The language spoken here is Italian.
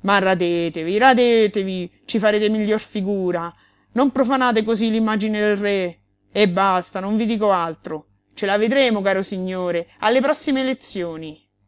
ma radetevi radetevi ci farete miglior figura non profanate cosí l'immagine del re e basta non vi dico altro ce la vedremo caro signore alle prossime elezioni